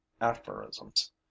aphorisms